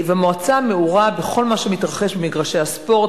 המועצה מעורה בכל מה שמתרחש במגרשי הספורט,